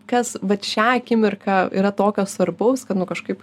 kas vat šią akimirką yra tokio svarbaus kad nu kažkaip